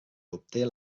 obté